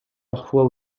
parfois